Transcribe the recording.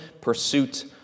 pursuit